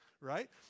right